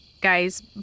guy's